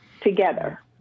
together